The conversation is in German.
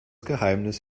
geheimnis